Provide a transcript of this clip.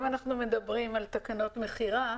אם אנחנו מדברים על תקנות מכירה,